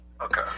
Okay